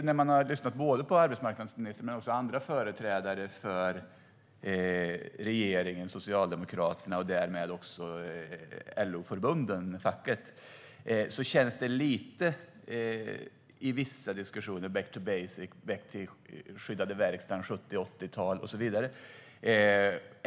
När man lyssnar på arbetsmarknadsministern men också på andra företrädare för regeringen och Socialdemokraterna och därmed också LOförbunden och facken känns det i vissa diskussioner lite som back to basics och 70 och 80-talens skyddade verkstad.